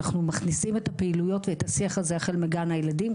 אנחנו מכניסים את הפעילות ואת השיח הזה החל מגן הילדים,